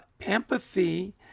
Empathy